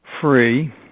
free